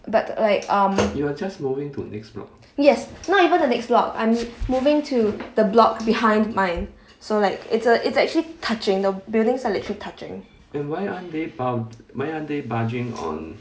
but like um you will just moving to next yes not even the next block I'm moving to the block behind mine so like it's a it's actually touching the buildings are literally touching